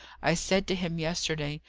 i said to him yesterday,